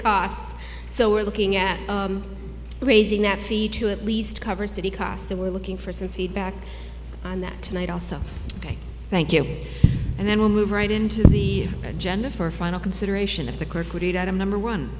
costs so we're looking at raising that fee to at least cover city costs and we're looking for some feedback on that tonight also ok thank you and then we'll move right into the agenda for a final consideration of the kirkwood number one